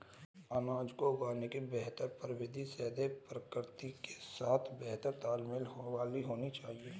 अनाज को उगाने की बेहतर प्रविधि सदैव प्रकृति के साथ बेहतर तालमेल वाली होनी चाहिए